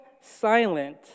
silent